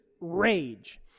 rage